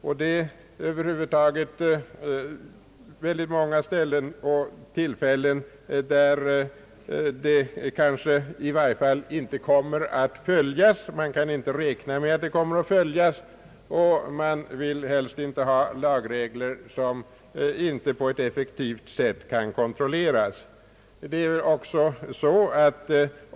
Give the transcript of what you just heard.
Det kan över huvud taget tänkas många ställen och tillfällen, där man inte kan räkna med att en sådan här lagbestämmelse kommer att följas, och man vill helst inte ha lagregler som inte på ett effektivt sätt kan kontrolleras.